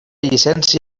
llicència